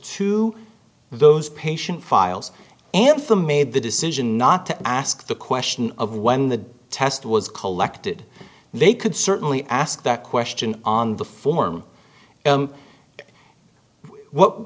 to those patient files and the made the decision not to ask the question of when the test was collected they could certainly ask that question on the form what